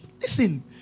Listen